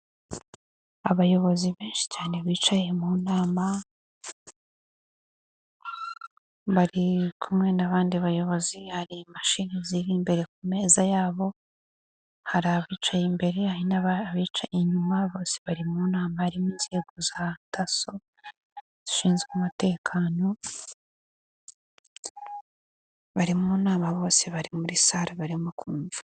Abayobozi benshi cyane bicaye muma, bari kumwe n'abandi bayobozi, hari imashini ziri imbere ku meza yabo, hari abicaye imbere n'abica inyuma, bari mu nama, harimo inzego za DASSO zishinzwe umutekano, bari mu nama, bose bari muri sale barimo kumva.